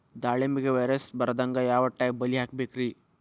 ದಾಳಿಂಬೆಗೆ ವೈರಸ್ ಬರದಂಗ ಯಾವ್ ಟೈಪ್ ಬಲಿ ಹಾಕಬೇಕ್ರಿ?